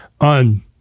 On